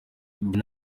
njye